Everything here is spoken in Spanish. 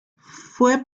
fue